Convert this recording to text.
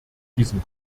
diesem